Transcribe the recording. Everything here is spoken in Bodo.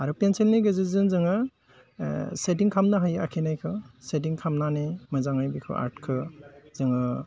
आरो पेन्सिलनि गेजेरजों जोङो सेदिं खालामनो हायो आखिनायखौ सेदिं खामनानै मोजाङै बिखौ आर्टखौ जोङो